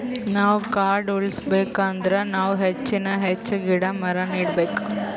ನಾವ್ ಕಾಡ್ ಉಳ್ಸ್ಕೊಬೇಕ್ ಅಂದ್ರ ನಾವ್ ಹೆಚ್ಚಾನ್ ಹೆಚ್ಚ್ ಗಿಡ ಮರ ನೆಡಬೇಕ್